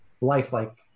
lifelike